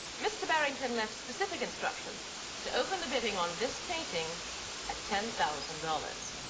mr. barrington left specific instructions to open the bidding on this painting at ten thousand dollars.